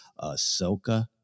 Ahsoka